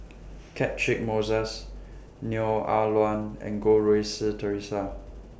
Catchick Moses Neo Ah Luan and Goh Rui Si Theresa